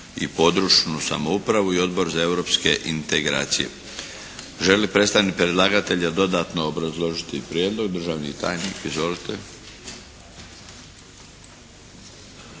i područnu samoupravu i Odbor za europske integracije. Želi li predstavnik predlagatelja dodatno obrazložiti prijedlog? Državni tajnik, izvolite.